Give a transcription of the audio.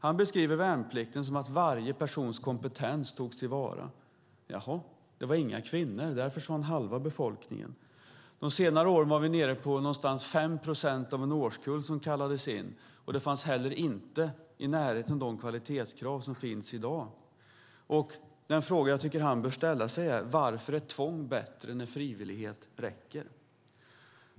Han beskriver värnplikten som att varje persons kompetens togs till vara. Jaha, det var inga kvinnor. Därför talade han om halva befolkningen. Under de senare åren var vi nere på att ungefär 5 procent av en årskull kallades in. Man var heller inte i närheten av de kvalitetskrav som i dag finns. Den fråga jag tycker att Björlund bör ställa sig är varför tvång är bättre när frivillighet räcker.